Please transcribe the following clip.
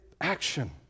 action